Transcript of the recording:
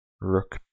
Rook